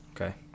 Okay